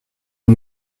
une